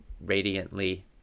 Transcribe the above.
radiantly